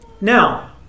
Now